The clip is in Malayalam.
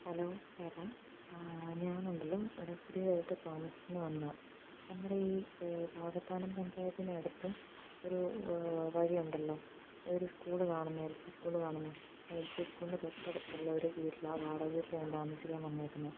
ഹലോ ചേട്ടാ ഞാനുണ്ടല്ലോ ഇവിടെ പുതിയതായിട്ട് താമസത്തിനു വന്ന നമ്മുടെ ഈ വാകത്താനം പഞ്ചായത്തിനടുത്ത് ഒരു വഴിയുണ്ടല്ലോ അതൊരു സ്കൂൾ കാണുന്നത് എൽ പി സ്കൂൾ കാണുന്നത് ആ എൽ പി സ്കൂളിൻ്റെ തൊട്ടടുത്തുള്ള ഒരു വീട്ടിലാണ് വാടക വീട്ടിലാണ് ഞാൻ താമസിക്കാൻ വന്നേക്കുന്നത്